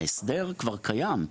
ההסדר כבר קיים.